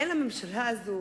אין לממשלה הזאת